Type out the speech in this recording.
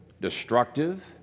destructive